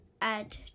add